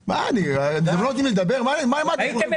הייתם צריכים להביא את החיסונים בזמן.